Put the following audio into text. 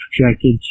projected